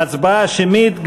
ההצבעה שמית.